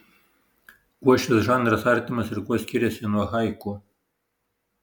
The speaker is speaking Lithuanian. kuo šis žanras artimas ir kuo skiriasi nuo haiku